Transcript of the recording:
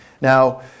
Now